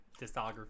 discography